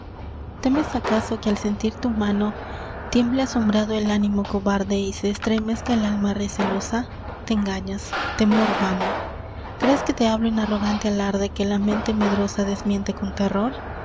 temes acaso que al sentir tu mano tiemble asombrado el ánimo cobarde y se estremezca el alma recelosa te engañas temor vano crees que te hablo en arrogante alarde que la mente medrosa desmiente con terror